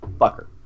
fucker